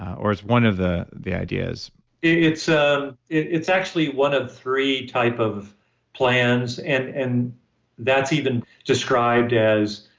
or as one of the the ideas it's ah it's actually one of three type of plans, and and that's even described as,